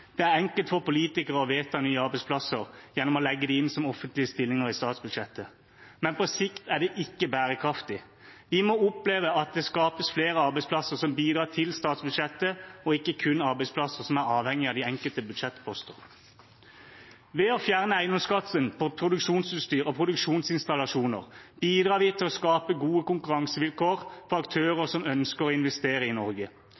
Det er enkelt for politikere å vedta nye arbeidsplasser gjennom å legge dem inn som offentlige stillinger i statsbudsjettet, men på sikt er det ikke bærekraftig. Vi må oppleve at det skapes flere arbeidsplasser som bidrar til statsbudsjettet, og ikke kun arbeidsplasser som er avhengig av de enkelte budsjettposter. Ved å fjerne eiendomsskatten på produksjonsutstyr og produksjonsinstallasjoner bidrar vi til å skape gode konkurransevilkår for aktører som ønsker å investere i Norge.